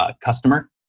customer